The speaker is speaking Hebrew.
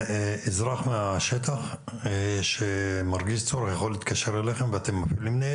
אזרח מן השטח שמרגיש צורך יכול להתקשר אליכם ואתם מפעילים ניידת?